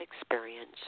experience